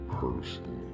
person